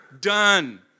done